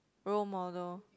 role model